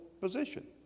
position